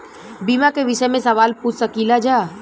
बीमा के विषय मे सवाल पूछ सकीलाजा?